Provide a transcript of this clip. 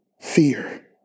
Fear